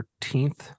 13th